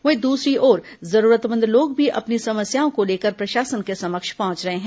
वहीं दूसरी ओर जरूरतमंद लोग भी अपनी समस्याओं को लेकर प्रशासन के समक्ष पहुंच रहे हैं